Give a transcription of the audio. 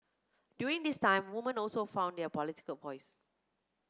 during this time women also found their political voice